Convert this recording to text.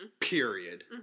Period